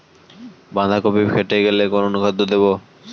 বাঁধাকপি ফেটে গেলে কোন অনুখাদ্য দেবো?